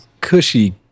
cushy